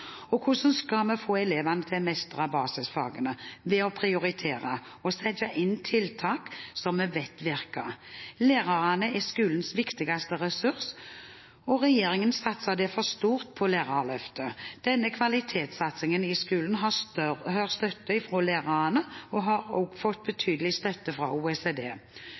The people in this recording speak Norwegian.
Hvordan skal vi få elevene til å mestre basisfagene? Det gjøres ved å prioritere og å sette inn tiltak som vi vet virker. Lærerne er skolens viktigste ressurs, og regjeringen satser derfor stort på Lærerløftet. Denne kvalitetssatsingen i skolen har støtte fra lærerne og har også fått betydelig støtte fra OECD.